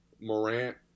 Morant